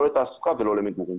לא לתעסוקה ולא למגורים.